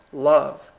love,